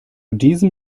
diesem